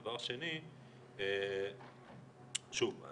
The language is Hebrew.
דבר שני, שוב,